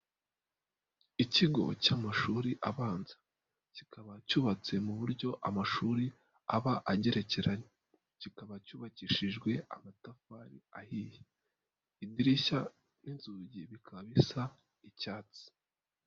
Ikigo cy'amashuri abanza, kikaba cyubatse mu buryo amashuri aba agerekeranye. Kikaba cyubakishijwe amatafari ahiye. Idirishya n'inzugi bikaba bisa icyatsi.